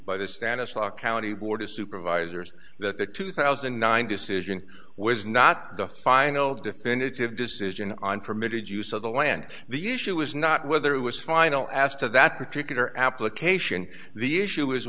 of supervisors that the two thousand and nine decision was not the final definitive decision on permitted use of the land the issue is not whether it was final as to that particular application the issue is